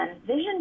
Vision